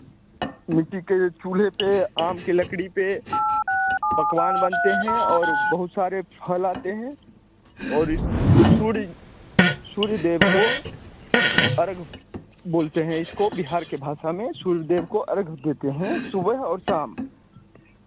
मिट्टी के चूल्हे पर आम की लकड़ी पर पकवान बनते हैं और बहुत सारे फल आते हैं और इस सूर्य सूर्य देव को अर्ग बोलते हैं इसको बिहार के भाषा में सूर्ज देव को अर्ग देते हैं सुबह और शाम